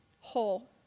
whole